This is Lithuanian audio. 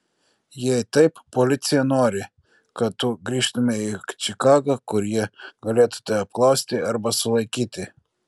jei taip policija nori kad tu grįžtumei į čikagą kur jie galėtų tave apklausti arba sulaikyti